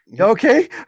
Okay